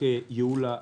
ייעול הותמ"ל,